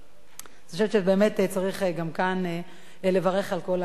אני חושבת שבאמת צריך גם כאן לברך על כל ההיבטים.